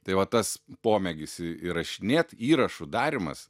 tai va tas pomėgis įrašinėt įrašų darymas